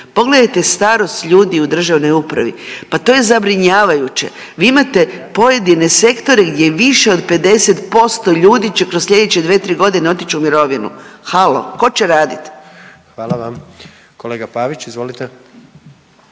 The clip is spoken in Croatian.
pogledajte starost ljudi u državnoj upravi pa to je zabrinjavajuće. Vi imate pojedine sektore gdje više od 50% ljudi će kroz sljedeće dve, tri godine otić u mirovinu. Halo, ko će radit? **Jandroković, Gordan